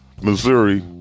Missouri